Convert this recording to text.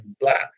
black